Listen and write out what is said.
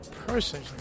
person